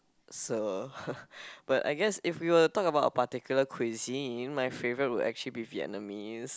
so but I guess if we were to talk about a particular cuisine my favourite would actually be Vietnamese